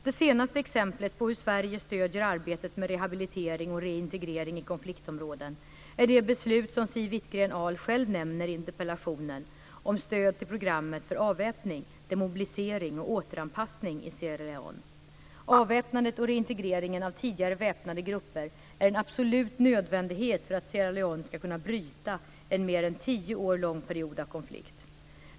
Det senaste exemplet på hur Sverige stöder arbetet med rehabilitering och reintegrering i konfliktområden är det beslut som Siw Wittgren-Ahl själv nämner i interpellationen om stöd till programmet för avväpning, demobilisering och återanpassning i Sierra Leone. Avväpnandet och reintegreringen av tidigare väpnade grupper i Sierra Leone är en absolut nödvändighet för att landet ska kunna bryta en mer än tio år lång period av konflikt.